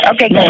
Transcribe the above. Okay